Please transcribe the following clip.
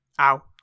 Ow